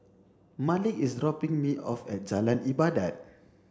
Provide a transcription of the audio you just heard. Malik is dropping me off at Jalan Ibadat